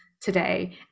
today